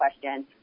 question